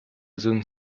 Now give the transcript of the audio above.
zone